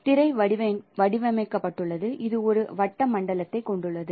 திரை வடிவமைக்கப்பட்டுள்ளது இது ஒரு வட்ட மண்டலத்தைக் கொண்டுள்ளது